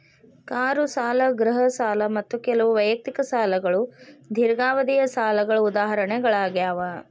car ಸಾಲ ಗೃಹ ಸಾಲ ಮತ್ತ ಕೆಲವು ವೈಯಕ್ತಿಕ ಸಾಲಗಳು ದೇರ್ಘಾವಧಿಯ ಸಾಲಗಳ ಉದಾಹರಣೆಗಳಾಗ್ಯಾವ